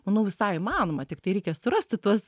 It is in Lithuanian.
manau visai įmanoma tiktai reikia surasti tuos